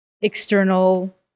external